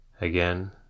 Again